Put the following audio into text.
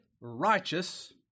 righteous